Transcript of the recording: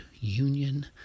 union